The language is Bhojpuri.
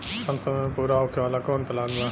कम समय में पूरा होखे वाला कवन प्लान बा?